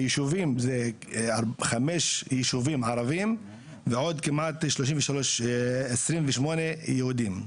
אבל במספר ישובים זה חמש ישובים ערבים ועוד עשרים ושמונה יהודים.